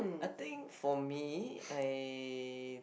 I think for me I